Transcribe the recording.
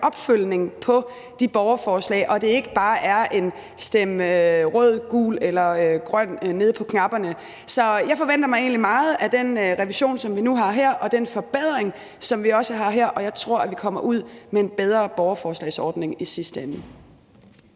opfølgning på de borgerforslag, og sådan at det ikke bare handler om at stemme rød og gul eller grøn på knapperne. Så jeg forventer egentlig meget af den revision, som vi nu har her, og den forbedring, som vi også har her, og jeg tror, at vi kommer ud med en bedre borgerforslagsordning i sidste ende.